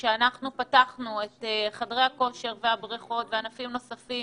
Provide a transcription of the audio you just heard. שאנחנו פתחנו את חדרי הכושר והבריכות וענפים נוספים